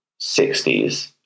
60s